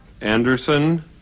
Anderson